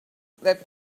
that